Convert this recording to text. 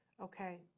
Okay